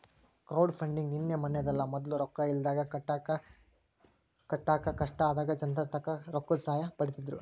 crowdfunding ನಿನ್ನೆ ಮನ್ನೆದಲ್ಲ, ಮೊದ್ಲು ರೊಕ್ಕ ಇಲ್ದಾಗ ಕಟ್ಟಡ ಕಟ್ಟಾಕ ಕಷ್ಟ ಆದಾಗ ಜನರ್ತಾಕ ರೊಕ್ಕುದ್ ಸಹಾಯ ಪಡೀತಿದ್ರು